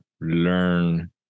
learn